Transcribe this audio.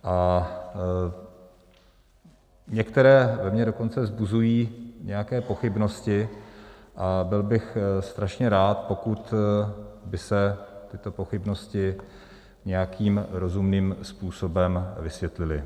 A některá ve mně dokonce vzbuzují nějaké pochybnosti a byl bych strašně rád, pokud by se tyto pochybnosti nějakým rozumným způsobem vysvětlily.